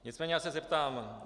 Nicméně se zeptám.